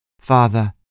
Father